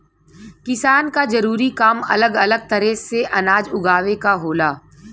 किसान क जरूरी काम अलग अलग तरे से अनाज उगावे क होला